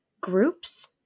groups